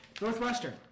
Northwestern